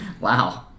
Wow